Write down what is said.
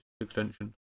extension